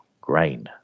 grain